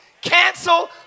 Cancel